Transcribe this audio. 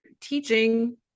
teaching